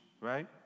Right